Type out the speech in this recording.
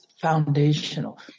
foundational